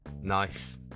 Nice